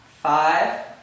Five